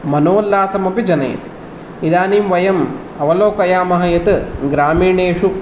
मनोल्लासमपि जनयति इदनीं वयम् अवलोकयामः यत् ग्रामीणेषु